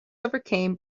overcame